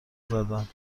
زدن